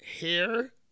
hair